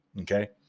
Okay